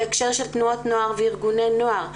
בהקשר של תנועות נוער וארגוני נוער,